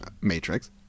Matrix